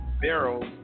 barrels